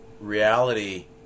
reality